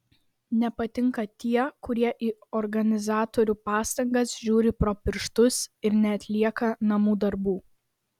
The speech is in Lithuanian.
nepatinka tie kurie į organizatorių pastangas žiūri pro pirštus ir neatlieka namų darbų